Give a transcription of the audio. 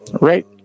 right